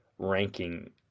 ranking